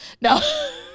no